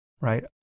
right